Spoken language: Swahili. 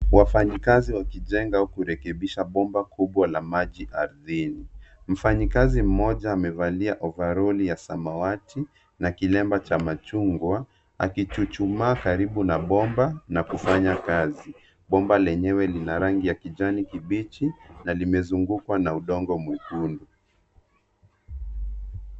Wafanyakazi wakijenga au kurekebisha bomba kubwa la maji ardhini. Mfanyikazi mmoja amevalia ovaroni ya samawati na kilemba cha machungwa akichuchumaa karibu na bomba na kufanya kazi. Bomba lenyewe lina rangi ya kijani kibichi na limezungukwa na udongo mwekundu.